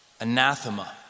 Anathema